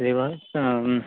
तदेव हां